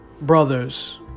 Brothers